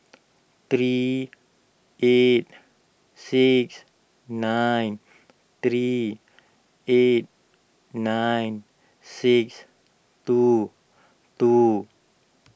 three eight six nine three eight nine six two two